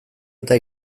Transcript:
eta